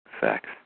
Facts